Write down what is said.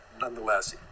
nonetheless